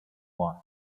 won